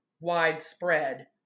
widespread